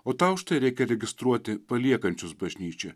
o tau reikia registruoti paliekančius bažnyčią